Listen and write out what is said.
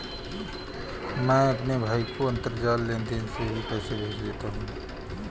मैं अपने भाई को अंतरजाल लेनदेन से ही पैसे भेज देता हूं